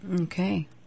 Okay